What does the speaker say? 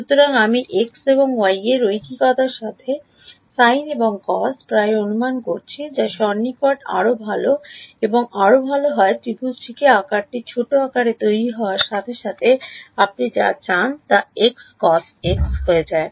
সুতরাং আমি x এবং y এর রৈখিকতার সাথে সাইন এবং কোস প্রায় অনুমান করছি যা সন্নিকট আরও ভাল এবং আরও ভাল হয় ত্রিভুজগুলির আকারটি ছোট আকারে তৈরি হওয়ার সাথে সাথে আপনি যা করতে চান তা এক্স কোস এক্স হয়ে যায়